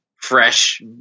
fresh